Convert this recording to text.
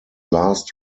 last